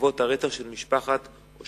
בעקבות הרצח של משפחת אושרנקו,